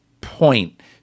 point